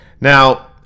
Now